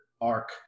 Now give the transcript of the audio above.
arc